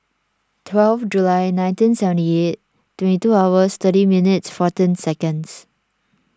twelve July nineteen seventy eight twenty two hours thirty minutes fourteen seconds